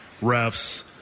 refs